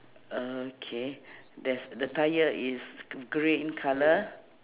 okay there's the tire is green colour